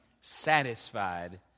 satisfied